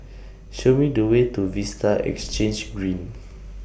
Show Me The Way to Vista Exhange Green